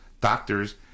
doctors